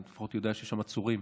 אני לפחות יודע שיש עצורים